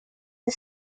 the